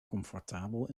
comfortabel